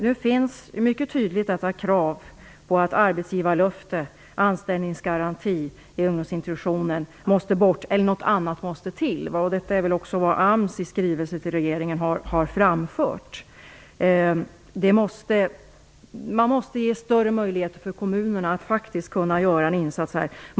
Nu finns mycket tydligt detta krav på att arbetsgivarlöfte, anställningsgaranti i ungdomsintroduktionen, måste bort eller något annat måste till. Detta är också vad AMS i skrivelse till regeringen har framfört. Man måste ge större möjligheter för kommuner att kunna göra en insats här.